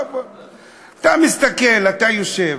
אתה מסתכל, אתה יושב,